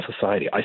society